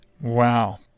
Wow